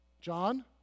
John